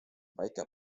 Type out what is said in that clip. väike